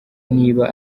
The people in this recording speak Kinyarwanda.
niba